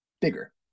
bigger